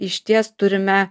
išties turime